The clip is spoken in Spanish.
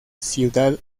ciudad